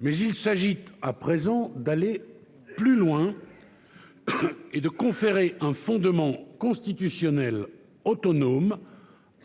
Mais il s'agit à présent d'aller plus loin et de conférer un fondement constitutionnel autonome